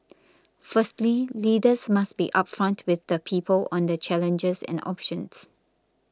firstly leaders must be upfront with the people on the challenges and options